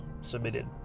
submitted